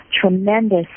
tremendous